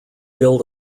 build